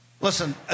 listen